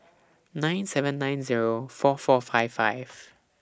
nine seven nine Zero four four five five